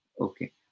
Okay